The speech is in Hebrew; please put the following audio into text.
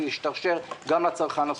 גם לצרכן הסופי,